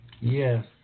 Yes